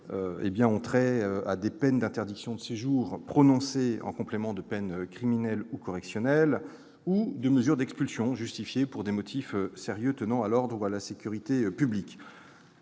plupart, à des peines d'interdiction de séjour prononcées en complément de peines criminelles ou correctionnelles, ou à des mesures d'expulsion justifiées par des motifs sérieux tenant à l'ordre ou à la sécurité publics.